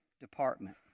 department